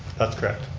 that's correct.